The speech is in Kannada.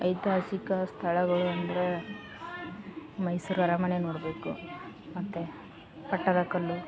ಐತಿಹಾಸಿಕ ಸ್ಥಳಗಳು ಅಂದರೆ ಮೈಸೂರು ಅರಮನೆ ನೋಡಬೇಕು ಮತ್ತು ಪಟ್ಟದಕಲ್ಲು